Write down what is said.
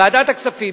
בוועדת הכספים,